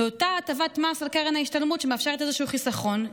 אותה הטבת מס על קרן ההשתלמות שמאפשרת איזשהו חיסכון,